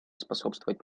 способствовать